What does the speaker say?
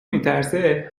میترسه